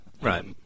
Right